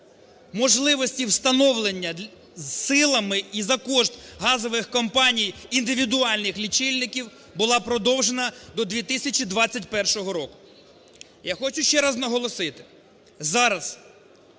можливості встановлення силами і за кошт газових компаній індивідуальних лічильників була продовжена до 2021 року. Я хочу ще раз наголосити,